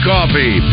Coffee